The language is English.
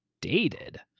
dated